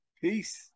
peace